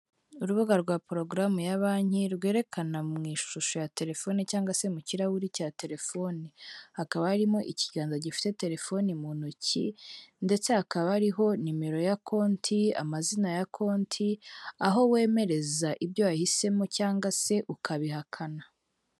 Urubuga rwa porogaramu ya banki rwerekana mu ishusho ya terefoni cyangwa se mu kirahuri cya terefoni; hakaba harimo ikiganza gifite terefoni mu ntoki ndetse hakaba ariho nimero ya konti, amazina ya konti, aho wemereza ibyo wahisemo cyangwa se ukabihakana.